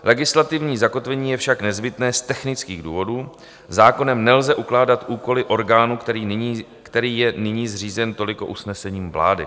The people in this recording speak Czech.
Legislativní zakotvení je však nezbytné z technických důvodů, zákonem nelze ukládat úkoly orgánů, který je nyní zřízen toliko usnesením vlády.